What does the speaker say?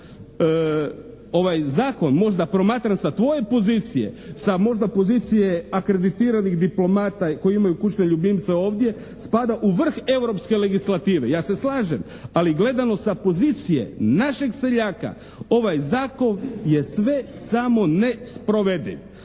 Ovaj zakon možda promatran sa tvoje pozicije, sa možda pozicije akreditiranih diplomata koji imaju kućne ljubimce ovdje spada u vrh europske legislative. Ja se slažem, ali gledano sa pozicije našeg seljaka ovaj zakon je sve samo ne sprovediv.